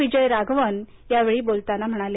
विजय राघवन यावेळी बोलताना म्हणाले